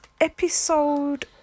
episode